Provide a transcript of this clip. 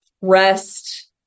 rest